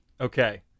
Okay